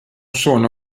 sono